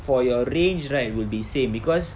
for your range right will be safe because